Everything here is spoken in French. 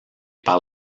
par